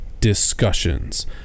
discussions